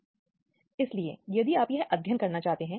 तो तो यह मामलों के तेजी से निपटान की रक्षा करना है